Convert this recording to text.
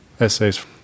essays